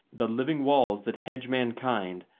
the living walls that hedge mankind,